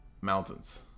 mountains